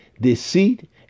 deceit